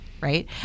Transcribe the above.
right